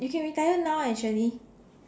you can retire now actually